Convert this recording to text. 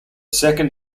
second